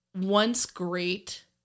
once-great